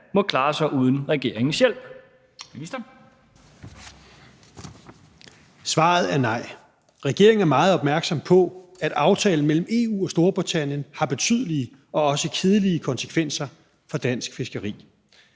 og fiskeri (Rasmus Prehn): Svaret er nej. Regeringen er meget opmærksom på, at aftalen mellem EU og Storbritannien har betydelige og også kedelige konsekvenser for dansk fiskeri.